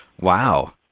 wow